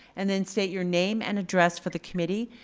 and then state your name and address for the committee.